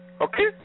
okay